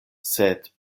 sed